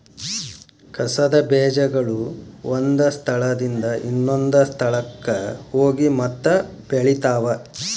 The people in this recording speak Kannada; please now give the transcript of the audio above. ಕಸದ ಬೇಜಗಳು ಒಂದ ಸ್ಥಳದಿಂದ ಇನ್ನೊಂದ ಸ್ಥಳಕ್ಕ ಹೋಗಿ ಮತ್ತ ಬೆಳಿತಾವ